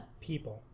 People